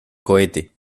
cohete